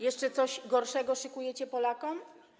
Jeszcze coś gorszego szykujecie Polakom?